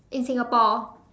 in Singapore